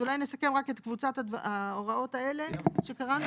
אולי נסכם רק את קבוצת ההוראות האלה שקראנו.